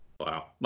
Wow